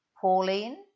Pauline